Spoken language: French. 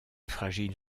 fragile